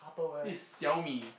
this is Xiaomi